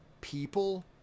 people